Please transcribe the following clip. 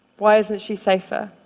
why isn't she safer?